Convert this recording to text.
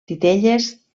titelles